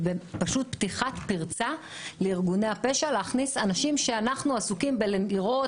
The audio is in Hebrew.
זה פשוט פתיחת פרצה לארגוני הפשע להכניס אנשים שאנחנו עסוקים בלראות,